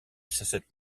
cette